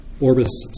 Orbis